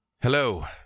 Hello